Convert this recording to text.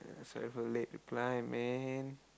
sorry for the late reply man